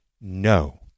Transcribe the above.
no